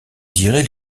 dirait